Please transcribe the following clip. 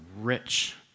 rich